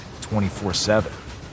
24-7